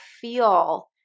feel